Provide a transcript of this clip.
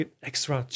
extra